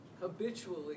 habitually